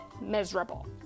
miserable